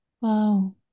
Wow